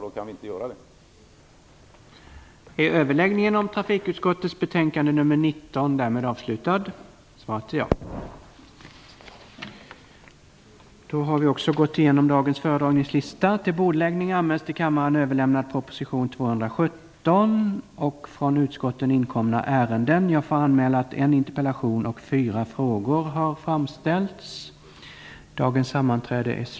Då kan vi inte göra den upphandlingen.